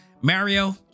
mario